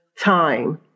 time